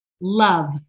love